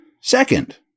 second